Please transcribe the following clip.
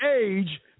age